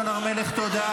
חברת הכנסת סון הר מלך, תודה.